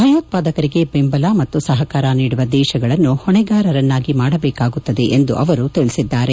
ಭಯೋತ್ಪಾದಕರಿಗೆ ಬೆಂಬಲ ಮತ್ತು ಸಹಕಾರ ನೀಡುವ ದೇಶಗಳನ್ನು ಹೊಣೆಗಾರರನ್ನಾಗಿ ಮಾಡಬೇಕಾಗುತ್ತದೆ ಎಂದು ಅವರು ತಿಳಿಸಿದ್ದಾರೆ